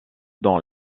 dans